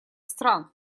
стран